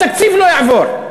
התקציב לא יעבור.